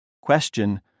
Question